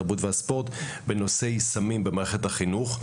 התרבות והספורט בנושא סמים במערכת החינוך.